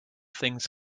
things